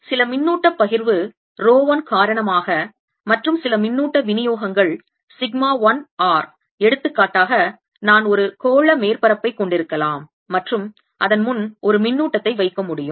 சில மின்னூட்டப்பகிர்வு ரோ 1 காரணமாக மற்றும் சில மின்னூட்ட விநியோகங்கள் சிக்மா 1 r எடுத்துக்காட்டாக நான் ஒரு கோள மேற்பரப்பைக் கொண்டிருக்கலாம் மற்றும் அதன் முன் ஒரு மின்னூட்டத்தை வைக்க முடியும்